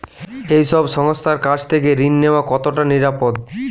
এই সব সংস্থার কাছ থেকে ঋণ নেওয়া কতটা নিরাপদ?